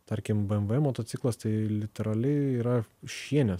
tarkim bmw motociklas tai literaliai yra šiene